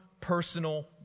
personal